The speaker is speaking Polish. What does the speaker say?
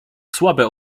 słabe